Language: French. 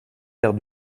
faire